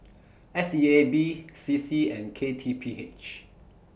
S E A B C C and K T P H